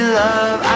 love